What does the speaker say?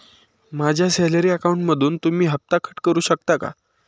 माझ्या सॅलरी अकाउंटमधून तुम्ही हफ्ता कट करू शकता का?